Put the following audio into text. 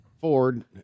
Ford